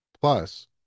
Plus